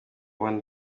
one